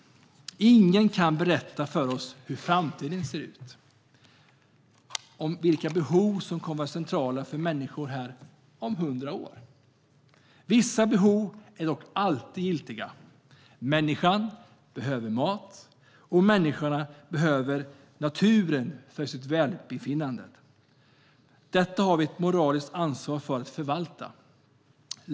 Ingen kan berätta för oss hur framtiden ser ut eller vilka behov som kommer att vara centrala för människorna här om hundra år, men vissa behov är alltid giltiga. Människan behöver mat, och människan behöver naturen för sitt välbefinnande. Detta har vi ett moraliskt ansvar att förvalta.